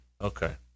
Okay